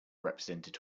represented